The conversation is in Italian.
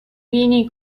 vini